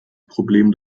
problem